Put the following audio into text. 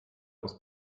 aus